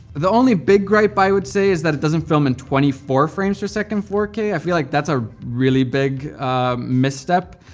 the only big gripe, i would say, is that it doesn't film in twenty four frames per second four k. i feel like that's a really big misstep.